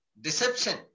deception